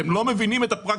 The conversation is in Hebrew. אתם לא מבינים את הפרקטיקה.